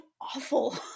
awful